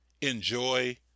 enjoy